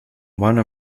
one